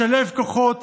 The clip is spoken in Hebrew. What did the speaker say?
לשלב כוחות